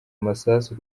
amasasu